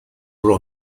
were